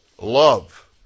love